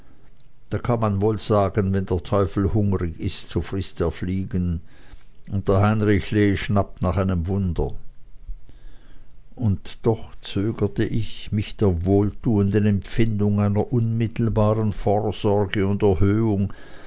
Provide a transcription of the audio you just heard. da kann man wohl sagen wenn der teufel hungrig ist so frißt er fliegen und der heinrich lee schnappt nach einem wunder und doch zögerte ich mich der wohltuenden empfindung einer unmittelbaren vorsorge und erhörung